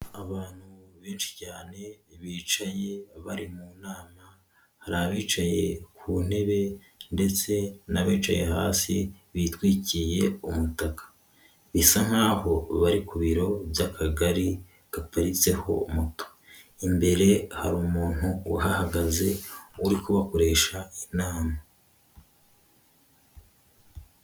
Abantu benshi cyane bicaye bari mu nama, hari abicaye ku ntebe ndetse n'abicaye hasi bitwikiriye umutaka, bisa nk'aho bari ku biro by'akagari gaparitseho moto, imbere hari umuntu uhagaze uri kubakoresha inama.